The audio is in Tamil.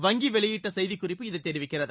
வங்கி வெளியிட்ட செய்தி குறிப்பு இதனை தெரிவிக்கிறது